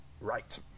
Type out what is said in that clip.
right